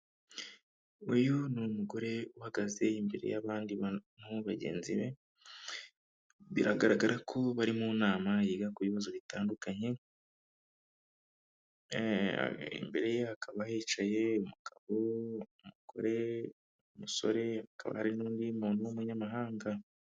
Uyu ni umugore uhagaze imbere y'abandi bantu bagenzi be, biragaragara ko bari mu nama yiga ku bibazo bitandukanye, imbere ye hakaba hicaye umugabo, umugore, umusore akaba hari n'undi muntu w'umunyamahanga.